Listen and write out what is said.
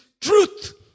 truth